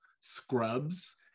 Scrubs